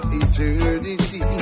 eternity